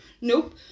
nope